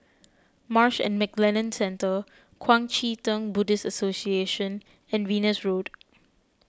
Marsh and McLennan Centre Kuang Chee Tng Buddhist Association and Venus Road